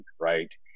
right